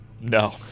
No